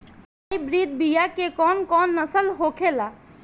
Hybrid बीया के कौन कौन नस्ल होखेला?